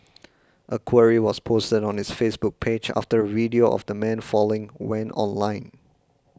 a query was posted on its Facebook page after the video of the man falling went online